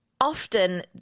Often